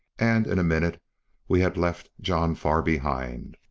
and in a minute we had left john far behind.